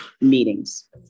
meetings